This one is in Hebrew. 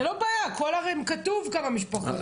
זה לא בעיה, הרי כתוב כמה משפחות.